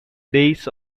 days